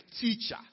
teacher